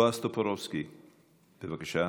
בועז טופורובסקי, בבקשה.